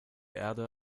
erde